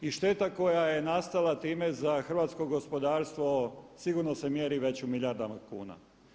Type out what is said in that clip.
I šteta koja je nastala time za hrvatsko gospodarstvo sigurno se mjeri već u milijardama kuna.